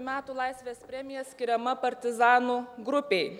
metų laisvės premija skiriama partizanų grupei